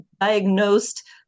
Diagnosed